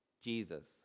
Jesus